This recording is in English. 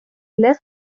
left